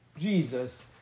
Jesus